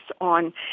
on